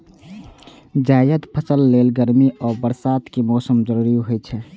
जायद फसल लेल गर्मी आ बरसात के मौसम जरूरी होइ छै